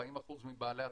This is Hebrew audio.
40% מבעלי הטלפונים.